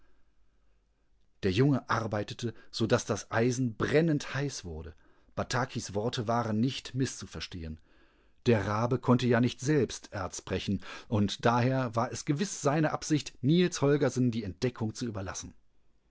der junge arbeitete so daß das eisen brennend heiß wurde batakis worte warennichtmißzuverstehen derrabekonntejanichtselbsterzbrechen und daher war es gewiß seine absicht niels holgersen die entdeckung zu überlassen